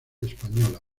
española